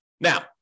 Now